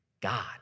God